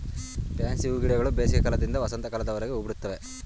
fancy ಹೂಗಿಡಗಳು ಬೇಸಿಗೆ ಕಾಲದಿಂದ ವಸಂತ ಕಾಲದವರೆಗೆ ಹೂಬಿಡುತ್ತವೆ